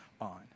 on